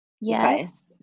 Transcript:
Yes